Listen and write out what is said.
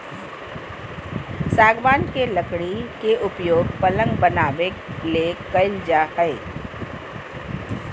सागवान के लकड़ी के उपयोग पलंग बनाबे ले कईल जा हइ